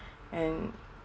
and